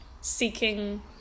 seeking